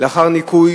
לאחר ניכוי